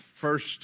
first